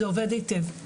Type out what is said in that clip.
זה עובד היטב.